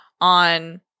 on